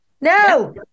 No